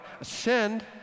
ascend